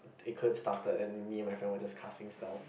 eclipse started and me and my friend were just casting spells